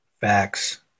Facts